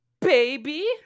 baby